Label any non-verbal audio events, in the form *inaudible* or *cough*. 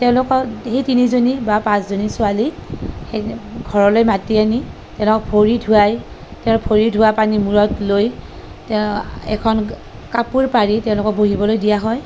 তেওঁলোকৰ সেই তিনিজনী বা পাঁচজনী ছোৱালীক সেই *unintelligible* ঘৰলৈ মাটি আনি তেওঁলোকক ভৰি ধুৱাই তেওঁৰ ভৰি ধোৱা পানী মূৰত লৈ তেওঁ *unintelligible* এখন কাপোৰ পাৰি তেওঁলোকক বহিবলৈ দিয়া হয়